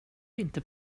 inte